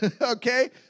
okay